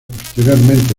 posteriormente